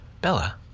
Bella